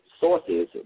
sources